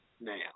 now